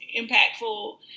impactful